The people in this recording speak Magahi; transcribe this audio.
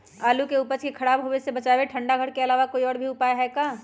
आलू के उपज के खराब होवे से बचाबे ठंडा घर के अलावा कोई और भी उपाय है का?